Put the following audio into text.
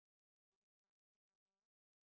it's being parked over there